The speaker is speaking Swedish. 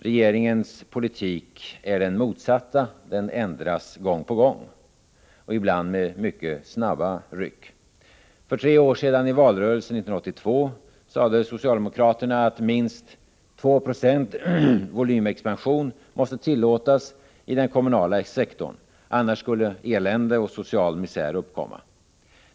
Regeringens politik ger uttryck för motsatsen — den ändras gång på gång, ibland med mycket snabba ryck. För tre år sedan, i valrörelsen 1982, sade socialdemokraterna att minst 2 6 volymexpansion måste tillåtas i den kommunala sektorn, annars skulle elände och social misär uppkomma.